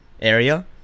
area